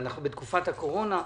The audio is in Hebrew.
אנו בתקופת הקורונה,